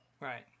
Right